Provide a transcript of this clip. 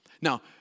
Now